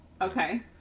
Okay